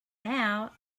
now